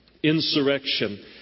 insurrection